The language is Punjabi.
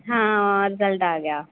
ਹਾਂ ਰਿਜਲਟ ਆ ਗਿਆ